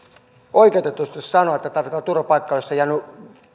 oikeutetusti sanoa että tarvitaan turvapaikkaa jos ei ole jäänyt